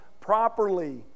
properly